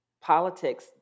politics